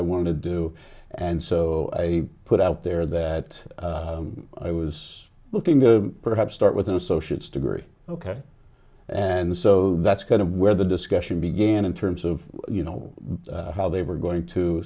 i want to do and so i put out there that i was looking to perhaps start with an associate's degree ok and so that's kind of where the discussion began in terms of you know how they were going to